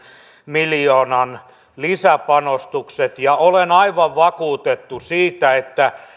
miljoonan lisäpanostukset ja olen aivan vakuutettu siitä että